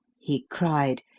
he cried,